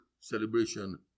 celebration